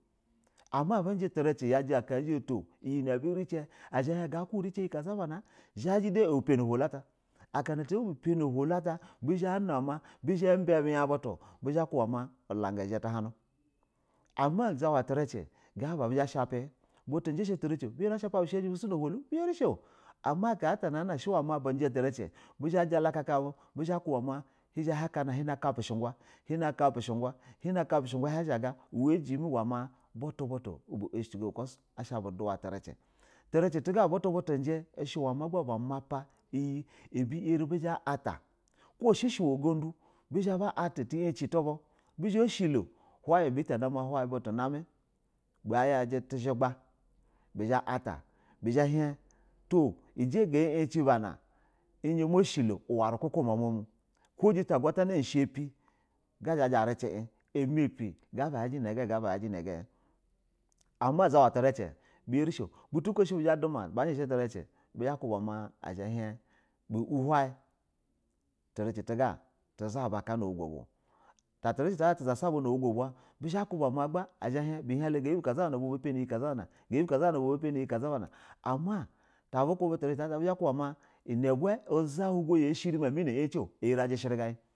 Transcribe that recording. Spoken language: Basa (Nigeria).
Ama abu jɛtriceɛ yajɛ aka ya zha ta iyɛ na abu ricɛ a zha a hin ga ba ku ricɛ uta ataka da bana a zha a hin ka abu panɛ a huluta aba panɛ a hulu ata bɛ zha na ma bɛzha ba bɛ bya butu ama uza wa tiricɛ gaba a buzha bashapɛ butu jishe tiricɛ ba sha ba shapa bu su shanɛ na ulu ama aka ata shɛ ma bujɛ tɛ ricɛ bu zha jala ka ba ha zha hɛ na ka pu shig, gabu shuga. Kapishuga ajimɛ wa butu butu ba ashɛ cigo ajim ɛ wa ma ajimɛ uwo na butu butu bu duyla tricɛ ba ogshi go tiricɛ, trirpɛ tu ga butu batu jɛ ma ba mapa iyɛ abu mapɛ bɛ zha iyata ko shɛ su uwe gadu bizha bayala ta yacɛ tu bu, bizha shɛ lo how hin ibe ta mamɛ, bayaji tuzhu banra bizha ba yata bɛ hin to uja ga, zha ma shɛ lo uwa uruguk ko jita agwatana shɛpɛ bezha yata bɛ zha bu azha ma shilo uwɛ uruku uma mɛ ko jita a gwatan shap azhaji aricɛ gaba yaji naga ga yaji naga, amma uzowa tricɛ biyan sho ama butu bu go butu buko bizha du ma ama buza sa tiricɛ, triceɛ tuga tu zasa bizha bu kuba azha a hin buga nala ba panɛ naga ama una bu bizha shɛ ba kuba ma yaji olugu ashɛ a ha ibɛ gay a cɛ o, azha a jishiri ga in.